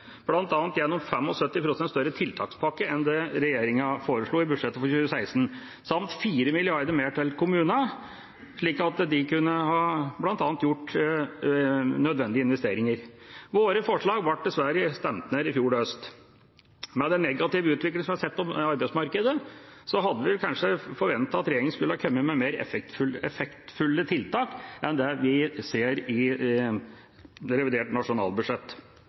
bl.a. gjennom en 75 pst. større tiltakspakke enn den regjeringa foreslo i budsjettet for 2016, samt 4 mrd. kr mer til kommunene, slik at de bl.a. kunne gjort nødvendige investeringer. Våre forslag ble dessverre stemt ned i fjor høst. Med den negative utviklingen som vi har sett på arbeidsmarkedet, hadde vi kanskje forventet at regjeringa hadde kommet med mer effektfulle tiltak enn det vi ser i revidert nasjonalbudsjett.